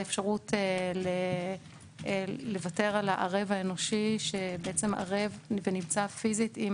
האפשרות לוותר על המפקח הערב האנושי שערב ונמצא פיזית עם